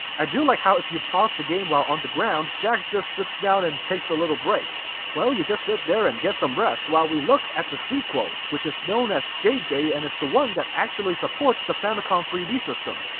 i do like how if you pause the game while on the ground, jack just sits down and takes a little break. well, you just sit there and get some rest, while we look at the sequel, which is known as jj and is the one that actually supports the famicom three d system.